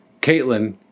Caitlin